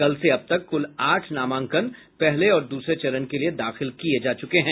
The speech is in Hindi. कल से अब तक कुल आठ नामांकन पहले और दूसरे चरण के लिए दाखिल किये जा चुके हैं